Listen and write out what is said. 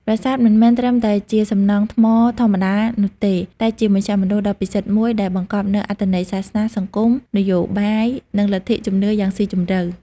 ប្រាសាទមិនមែនត្រឹមតែជាសំណង់ថ្មធម្មតានោះទេ តែជាមជ្ឈមណ្ឌលដ៏ពិសិដ្ឋមួយដែលបង្កប់នូវអត្ថន័យសាសនា សង្គម នយោបាយ និងលទ្ធិជំនឿយ៉ាងស៊ីជម្រៅ។